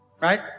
Right